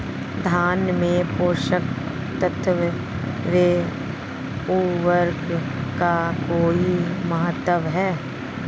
धान में पोषक तत्वों व उर्वरक का कोई महत्व है?